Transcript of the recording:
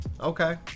Okay